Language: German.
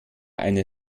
eine